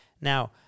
now